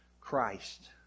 Christ